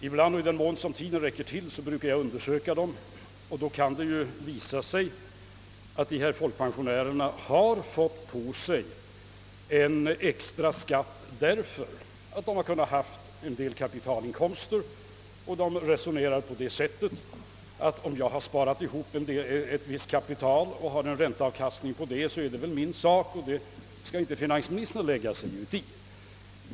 Ibland och i den mån tiden räcker till brukar jag undersöka dem, och då kan det visa sig att vederbörande folkpensionär har dragit på sig en extraskatt därför att ban har haft en del kapitalinkomster. Han resonerar på det sättet: Om jag kunnat spara ihop ett visst kapital och har en ränteavkastning på detta, är det väl min sak. Det skall finansministern inte lägga sig i.